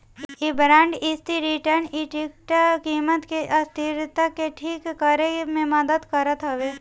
इ बांड स्थिर return equity कीमत के अस्थिरता के ठीक करे में मदद करत हवे